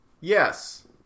yes